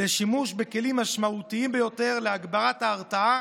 לשימוש בכלים משמעותיים ביותר להגברת ההרתעה